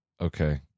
Okay